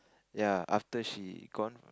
ya after she gone